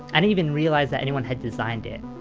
and even realize that anyone had designed it.